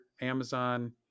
Amazon